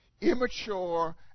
immature